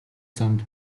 замд